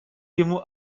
ему